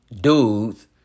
dudes